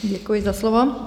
Děkuji za slovo.